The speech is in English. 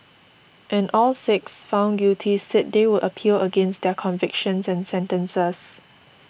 and all six found guilty say they would appeal against their convictions and sentences